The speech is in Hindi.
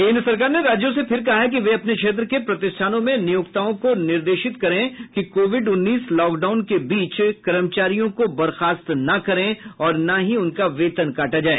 केंद्र सरकार ने राज्यों से फिर कहा है कि वे अपने क्षेत्र के प्रतिष्ठानों में नियोक्ताओं को निर्देशित करे कि कोविड उन्नीस लॉकडाउन के बीच कर्मचारियों को बर्खास्त न करे और न ही उनका वेतन काटा जाए